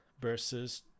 versus